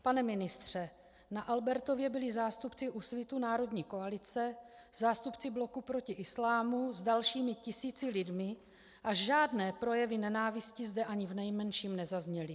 Pane ministře, na Albertově byli zástupci Úsvitu národní koalice, zástupci Bloku proti islámu s dalšími tisíci lidmi a žádné projevy nenávisti zde ani v nejmenším nezazněly.